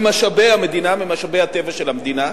ממשאבי המדינה, ממשאבי הטבע של המדינה.